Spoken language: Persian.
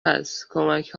هست، کمک